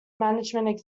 management